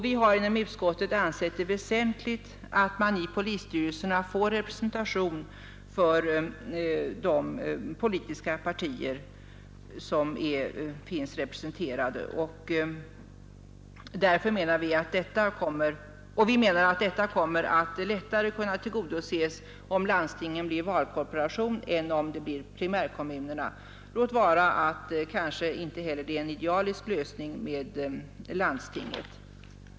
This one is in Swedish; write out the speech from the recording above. Vi har inom utskottet ansett det väsentligt att man i polisstyrelserna får representation för de politiska partier som finns representerade, och vi menar att detta önskemål lättare kommer att kunna tillgodoses om landstingen blir valkorporation än om primärkommunerna blir det — låt vara att kanske inte heller detta är en idealisk lösning.